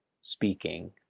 speaking